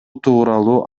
тууралуу